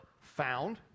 found